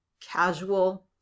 casual